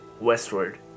westward